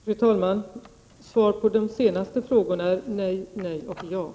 Fru talman! Svaren på frågorna är: Nej, nej och nej.